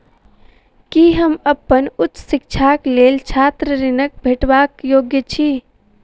की हम अप्पन उच्च शिक्षाक लेल छात्र ऋणक भेटबाक योग्य छी?